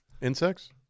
Insects